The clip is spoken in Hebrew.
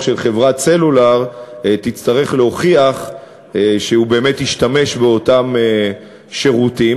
של חברת סלולר תצטרך להוכיח שהוא באמת השתמש באותם שירותים.